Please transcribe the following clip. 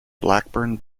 blackburn